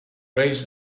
raise